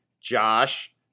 Josh